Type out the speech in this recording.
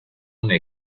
una